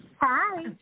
Hi